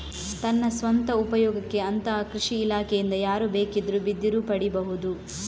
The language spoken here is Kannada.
ತನ್ನ ಸ್ವಂತ ಉಪಯೋಗಕ್ಕೆ ಅಂತ ಕೃಷಿ ಇಲಾಖೆಯಿಂದ ಯಾರು ಬೇಕಿದ್ರೂ ಬಿದಿರು ಪಡೀಬಹುದು